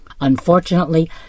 Unfortunately